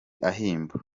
ahimba